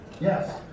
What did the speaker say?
Yes